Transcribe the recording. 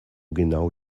genau